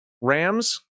Rams